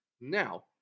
Now